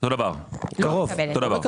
אותו דבר, אותו דבר.